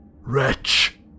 Wretch